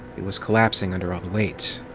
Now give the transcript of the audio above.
it was collapsing under all the weight.